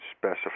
specify